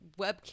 webcam